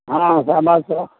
हँ तऽ हमरासब